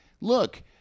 Look